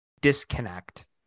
disconnect